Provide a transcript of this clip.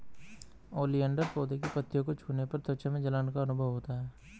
oleander पौधे की पत्तियों को छूने पर त्वचा में जलन का अनुभव होता है